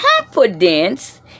confidence